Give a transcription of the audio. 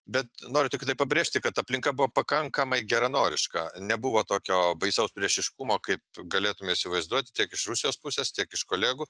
bet noriu tiktai pabrėžti kad aplinka buvo pakankamai geranoriška nebuvo tokio baisaus priešiškumo kaip galėtume įsivaizduot tiek iš rusijos pusės tiek iš kolegų